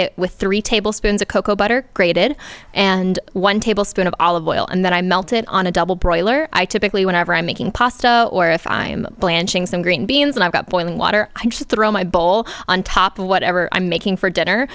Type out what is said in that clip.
it with three tablespoons of cocoa butter grated and one tablespoon of all of oil and then i melt it on a double broiler i typically whenever i'm making pasta or if i am blanching some green beans and i've got boiling water i just throw my bowl on top of whatever i'm making for dinner